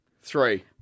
three